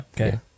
okay